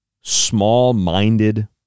small-minded